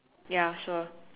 ya sure